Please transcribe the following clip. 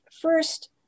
First